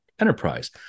Enterprise